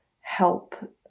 help